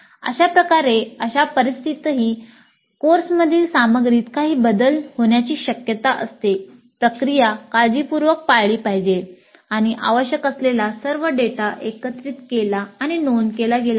अशाप्रकारे अशा परिस्थितीतही कोर्समधील सामग्रीत काही बदल होण्याची शक्यता असते प्रक्रिया काळजीपूर्वक पाळली पाहिजे आणि आवश्यक असलेला सर्व डेटा एकत्रित केला आणि नोंद केला गेला पाहिजे